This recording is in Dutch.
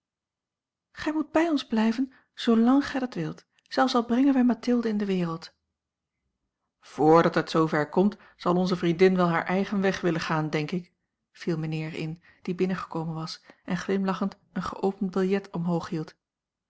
gij moet bij ons blijven zoolang gij dat wilt zelfs al brengen wij mathilde in de wereld vrdat het zoover komt zal onze vriendin wel haar eigen weg willen gaan denk ik viel mijnheer in die binnengekomen was en glimlachend een geopend biljet omhoog hield